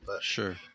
Sure